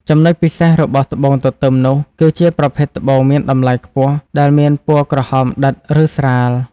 ចំណុចពិសេសរបស់ត្បូងទទឹមនោះ គឺជាប្រភេទត្បូងមានតម្លៃខ្ពស់ ដែលមានពណ៌ក្រហមដិតឬស្រាល។